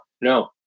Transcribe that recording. No